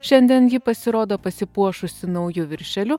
šiandien ji pasirodo pasipuošusi nauju viršeliu